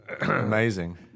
amazing